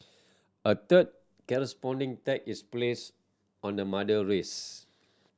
a third corresponding tag is placed on the mother wrist